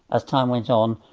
as time went on,